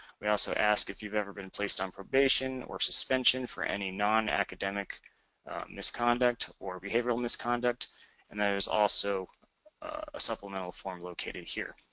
we also ask if you've ever been placed on probation or suspension for any non academic misconduct or behavioral misconduct and there is also a supplemental form located here.